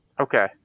Okay